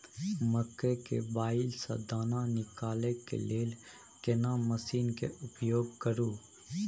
मकई के बाईल स दाना निकालय के लेल केना मसीन के उपयोग करू?